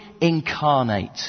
incarnate